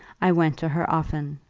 i went to her often.